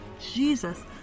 Jesus